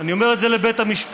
אני אומר את זה לבית המשפט,